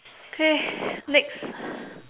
okay next